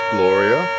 Gloria